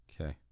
Okay